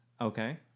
Okay